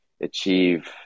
achieve